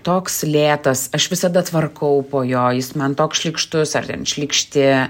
toks lėtas aš visada tvarkau po jo jis man toks šlykštus ar ten šlykšti